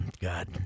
God